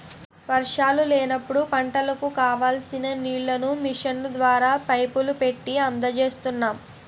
వర్షాలు లేనప్పుడు పంటలకు కావాల్సిన నీళ్ళను మిషన్ల ద్వారా, పైపులు పెట్టీ అందజేస్తున్నాం